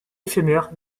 éphémère